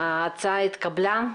הצבעה אושר ההצעה התקבלה.